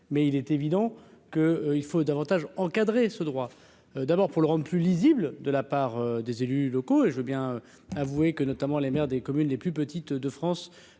mais il est évident que il faut davantage encadrer ce droit d'abord pour le rendre plus lisible de la part des élus locaux et je veux bien avouer que notamment les maires des communes les plus petites de France